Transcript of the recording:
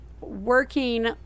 working